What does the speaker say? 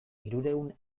hirurehun